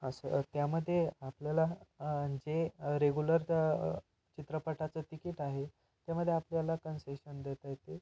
असं त्यामध्ये आपल्याला जे रेगुलर त चित्रपटाचं तिकीट आहे त्यामध्ये आपल्याला कन्सेशन देता येते